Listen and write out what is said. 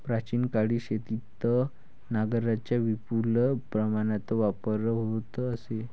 प्राचीन काळी शेतीत नांगरांचा विपुल प्रमाणात वापर होत असे